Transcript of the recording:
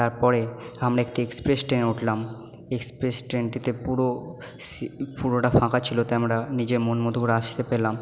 তারপরে আমরা একটি এক্সপ্রেস ট্রেনে উঠলাম এক্সপ্রেস ট্রেনটিতে পুরো পুরোটা ফাঁকা ছিলো তাই আমরা নিজের মন মতো করে আসতে পেলাম